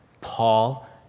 Paul